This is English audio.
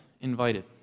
invited